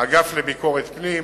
האגף לביקורת פנים,